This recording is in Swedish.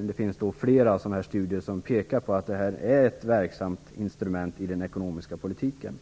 Det finns flera studier som pekar på att detta är ett verksamt instrument i den ekonomiska politiken.